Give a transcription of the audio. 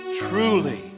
Truly